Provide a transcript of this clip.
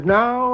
now